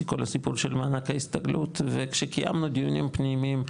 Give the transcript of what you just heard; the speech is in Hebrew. כל הסיפור של מענק ההסתגלות וכשקיימנו דיונים פנימיים.